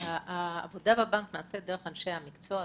העבודה בבנק נעשית דרך אנשי המקצוע,